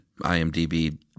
IMDb